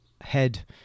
head